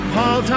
Paul